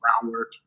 groundwork